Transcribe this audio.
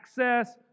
access